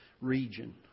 region